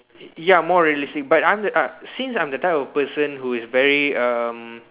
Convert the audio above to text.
ya more realistic but I'm the uh since I'm the type of person who is very um